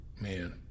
man